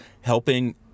helping